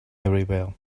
everywhere